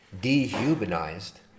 dehumanized